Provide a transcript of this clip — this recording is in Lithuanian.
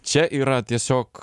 čia yra tiesiog